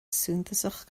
suntasach